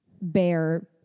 bear